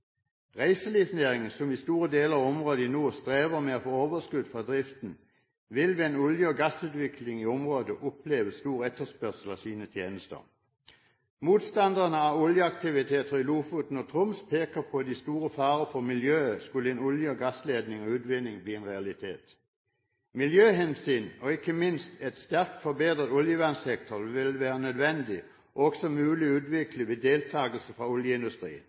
Reiselivsnæringen, som i store deler av området i nord strever med å få overskudd fra driften, vil ved en olje- og gassutvikling i området oppleve stor etterspørsel etter sine tjenester. Motstanderne av oljeaktivitet i Lofoten og Troms peker på de store farene for miljøet skulle olje-/gassleting og utvinning bli en realitet. Miljøhensyn og ikke minst en sterkt forbedret oljevernssektor vil være nødvendig og også mulig å utvikle ved deltakelse fra oljeindustrien.